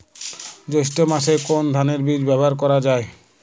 জৈষ্ঠ্য মাসে কোন ধানের বীজ ব্যবহার করা যায়?